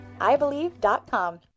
IBelieve.com